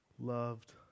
loved